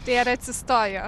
tai ar atsistojo